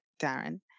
Darren